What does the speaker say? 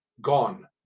gone